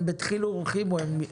הם בדחילו ורחימו מגישים.